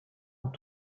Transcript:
ont